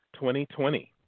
2020